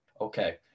Okay